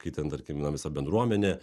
kai ten tarkim na visa bendruomenė